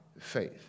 faith